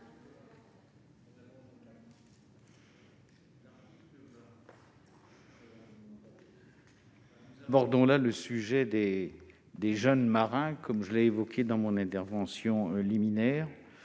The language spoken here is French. nous abordons le cas des jeunes marins, que j'ai évoqué dans mon intervention liminaire.